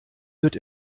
wird